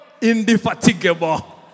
Indefatigable